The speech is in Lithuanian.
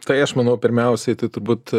tai aš manau pirmiausiai tai turbūt